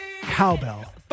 Cowbell